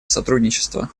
сотрудничества